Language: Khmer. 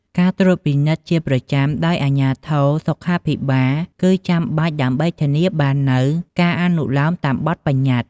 ការត្រួតពិនិត្យជាប្រចាំដោយអាជ្ញាធរសុខាភិបាលគឺចាំបាច់ដើម្បីធានាបាននូវការអនុលោមតាមបទប្បញ្ញត្តិ។